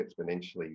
exponentially